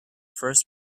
first